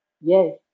Yes